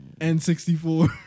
N64